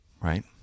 right